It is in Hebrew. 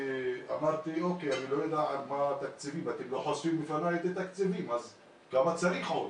אמרתי שלא חושפים בפניי את התקציבים אז כמה צריך עוד?